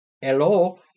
hello